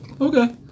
okay